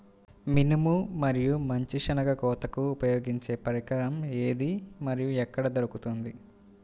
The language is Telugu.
మినుము మరియు మంచి శెనగ కోతకు ఉపయోగించే పరికరం ఏది మరియు ఎక్కడ దొరుకుతుంది?